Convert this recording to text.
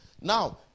Now